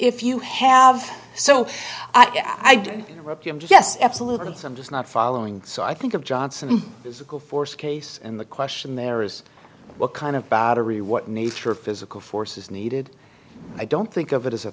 if you have so i did interrupt you i'm just absolutely i'm just not following so i think of johnson physical force case and the question there is what kind of battery what need for physical force is needed i don't think of it as a